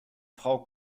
frau